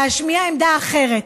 להשמיע עמדה אחרת,